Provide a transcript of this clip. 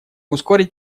ускорить